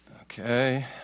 Okay